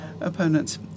opponents